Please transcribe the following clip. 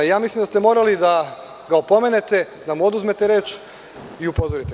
Mislim da ste morali da ga opomenete, da mu oduzmete reč i upozorite.